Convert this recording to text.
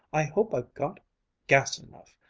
i hope i've got gas enough.